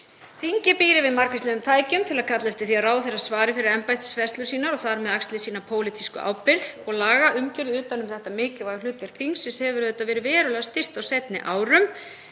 Þingið býr yfir margvíslegum tækjum til að kalla eftir því að ráðherra svari fyrir embættisfærslur sínar og þar með axli sína pólitísku ábyrgð. Lagaumgjörð utan um þetta mikilvæga hlutverk þingsins hefur auðvitað verið verulega styrkt á seinni árum